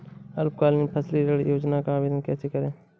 अल्पकालीन फसली ऋण योजना का आवेदन कैसे करें?